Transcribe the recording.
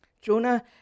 Jonah